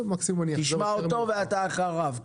תשמע אותו, ואתה אחריו.